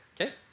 Okay